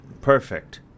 Perfect